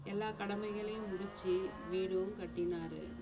எல்லா கடமைகளையும் முடித்து வீடும் கட்டினாரு